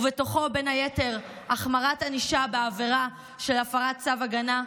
ובתוכו בין היתר החמרת ענישה בעבירה של הפרת צו הגנה,